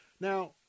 Now